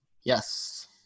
Yes